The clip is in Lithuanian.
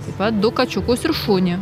taip pat du kačiukus ir šunį